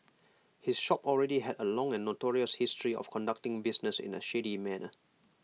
his shop already had A long and notorious history of conducting business in A shady manner